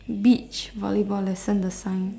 beach volleyball lesson the sign